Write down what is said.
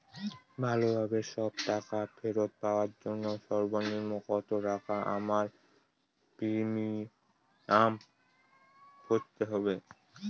ভালোভাবে সব টাকা ফেরত পাওয়ার জন্য সর্বনিম্ন কতটাকা আমায় প্রিমিয়াম ভরতে হবে?